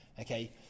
Okay